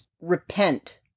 repent